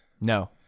No